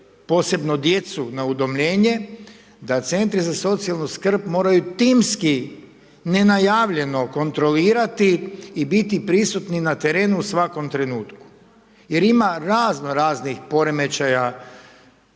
posebno djecu na udomljenje da Centri za socijalnu skrb moraju timski nenajavljeno kontrolirati i biti prisutni na terenu u svakom trenutku. Jer ima razno raznih poremećaja